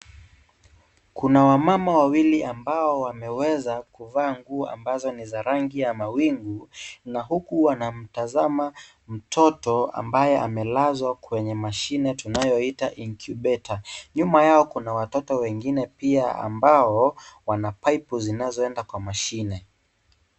Kuna wamama wawili ambao wameweza kuvaa nguo ambazo ni za rangi ya mawingu .Na huku wanamtazama mtoto ambaye amelezwa kwenye mashine tunayoita (cs)incubator(cs).Nyuma yao kuna watoto wengine pia ambao wana pipu zinazoenda kwa mashine.